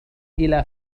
إلى